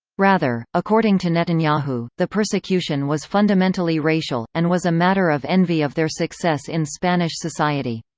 rather, according to netanyahu, the persecution was fundamentally racial, and was a matter of envy of their success in spanish society.